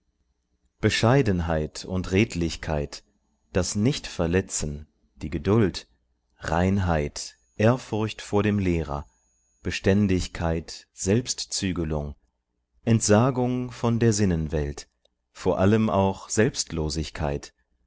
bescheidenheit und redlichkeit das nichtverletzen die geduld reinheit ehrfurcht vor dem lehrer beständigkeit selbstzügelung entsagung von der sinnenwelt vor allem auch selbstlosigkeit